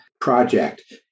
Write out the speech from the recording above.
Project